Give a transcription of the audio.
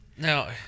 Now